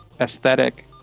aesthetic